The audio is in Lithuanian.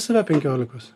save penkiolikos